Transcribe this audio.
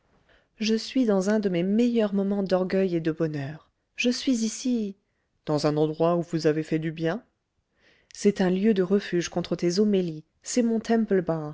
je suis dans un de mes meilleurs moments d'orgueil et de bonheur je suis ici dans un endroit où vous avez fait du bien c'est un lieu de refuge contre tes homélies c'est